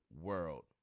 world